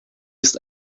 ist